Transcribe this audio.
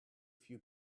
few